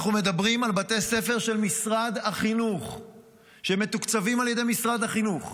אנחנו מדברים על בתי ספר של משרד החינוך שמתוקצבים על ידי משרד החינוך.